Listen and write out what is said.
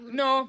no